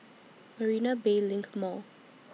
Marina Bay LINK Mall